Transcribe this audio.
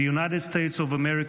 the United States of America,